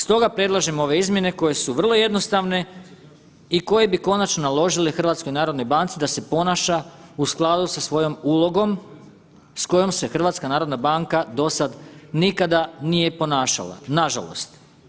Stoga predlažem ove izmjene koje su vrlo jednostavne i koje bi konačno naložile HNB-u da se ponaša u skladu sa svojom ulogom s kojom se HNB do sad nikada nije ponašala, nažalost.